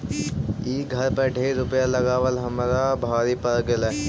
ई घर पर ढेर रूपईया लगाबल हमरा भारी पड़ गेल